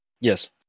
Yes